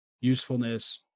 usefulness